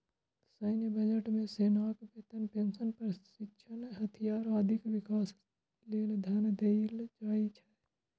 सैन्य बजट मे सेनाक वेतन, पेंशन, प्रशिक्षण, हथियार, आदिक विकास लेल धन देल जाइ छै